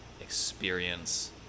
experience